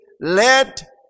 let